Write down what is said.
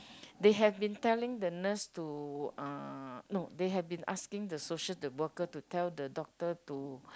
they have been telling the nurse to uh no they had been asking the social the worker to tell the doctor to